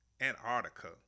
Antarctica